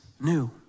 new